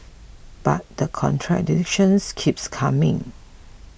but the contradiction keeps coming